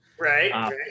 right